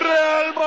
¡Real